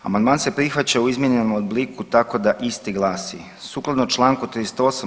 Amandman se prihvaća u izmijenjenom obliku tako da isti glasi: „Sukladno čl. 38.